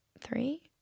three